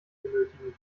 benötigen